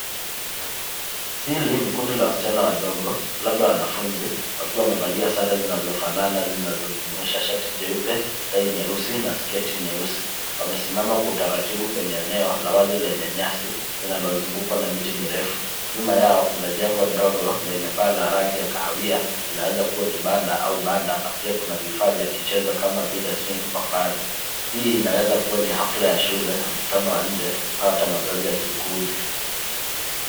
Hili ni kundi la wasichana wadogo labda wanafunzi, wakiwa wamevalia sare zinazofanana zinazojumuisha shati jeupe, tai nyeusi na sketi nyeusi. Wamesimama kwa utaratibu kwenye eneo la wazi lenye nyasi tena lazungukwa na miti mirefu. Nyuma yao, kuna jengo ndogo lenye paa na rangi ya kahawia. Kinawezakuwa kibanda au banda, na pia kuna vifaa vya michezo kama vile (cs)swing (cs)kwa mbali. Hii inawezakuwa ni hafla ya shule ya mkutano wa nje au hata mazoezi ya kikundi.